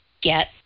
get